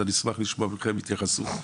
אז אני אשמח לשמוע מכם התייחסות.